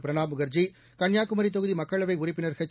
பிரணாப் முகர்ஜி கன்னியாகுமரி தொகுதி மக்களவை உறுப்பினர் எச்